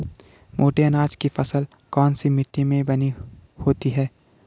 मोटे अनाज की फसल कौन सी मिट्टी में होती है?